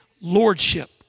lordship